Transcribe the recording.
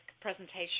presentation